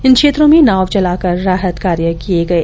इन क्षेत्रों में नाव चलाकर राहत कार्य किये गये